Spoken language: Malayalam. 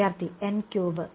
വിദ്യാർത്ഥി എൻ ക്യൂബ്